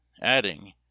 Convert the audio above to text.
adding